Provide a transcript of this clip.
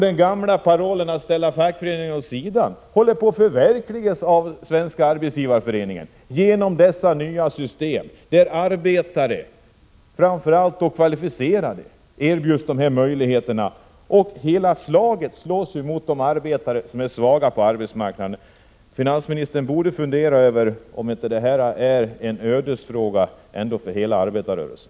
Den gamla parollen att ställa fackföreningen åt sidan håller på att förverkligas av Svenska arbetsgivareföreningen genom dessa nya system där arbetare, framför allt då kvalificerade sådana, erbjuds möjligheter att tjäna pengar vid sidan av lönen. Det innebär ett slag mot de arbetare som är svaga på arbetsmarknaden. Finansministern borde fundera över om inte detta är en ödesfråga för hela arbetarrörelsen.